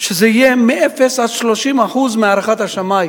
שזה יהיה מאפס עד 30% מהערכת השמאי,